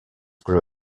grew